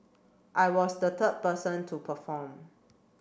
I was the third person to perform